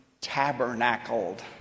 tabernacled